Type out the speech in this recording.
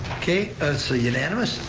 okay, ah it's ah unanimous,